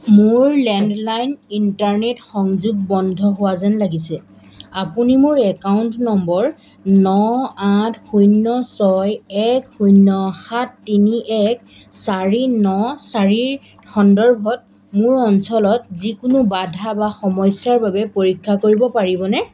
মোৰ landline internet সংযোগ বন্ধ হোৱা যেন লাগিছে আপুনি মোৰ একাউণ্ট নম্বৰ ন আঠ শূন্য ছয় এক শূন্য সাত তিনি এক চাৰি ন চাৰিৰ সন্দৰ্ভত মোৰ অঞ্চলত যিকোনো বাধা বা সমস্যাৰ বাবে পৰীক্ষা কৰিব পাৰিবনে